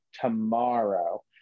tomorrow